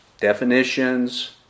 definitions